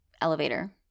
elevator